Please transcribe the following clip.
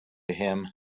him